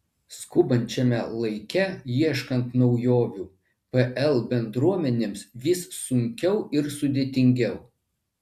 skubančiame laike ieškant naujovių pl bendruomenėms vis sunkiau ir sudėtingiau